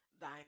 thine